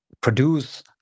produce